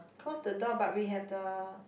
cause the door but we have the